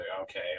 okay